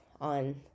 on